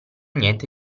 niente